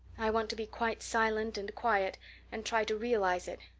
i want to be quite silent and quiet and try to realize it.